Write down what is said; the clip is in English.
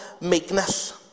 Meekness